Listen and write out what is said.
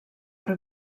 per